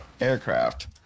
aircraft